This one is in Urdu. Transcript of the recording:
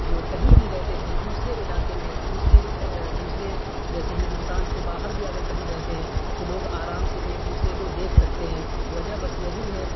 جو کہیں بھی رہتے ہیں دوسرے علاقے میں دوسرے دوسرے جیسے ہندوستان سے باہر بھی اگر کہیں رہتے ہیں تو لوگ آرام سے ایک دوسرے کو دیکھ سکتے ہیں وجہ بس یہی ہے